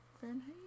Fahrenheit